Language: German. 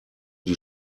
die